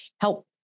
help